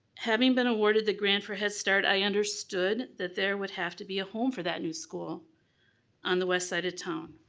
having been awarded the grant for hist art, i understood that there would have to be a home for that new school on the west side of town.